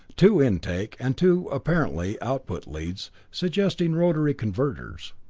two intake, and two, apparently, output leads, suggesting rotary converters.